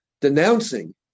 denouncing